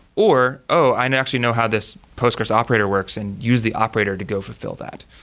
or, oh, i actually know how this postgresql operator works, and use the operator to go fulfill that.